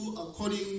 according